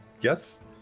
Yes